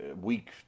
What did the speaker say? week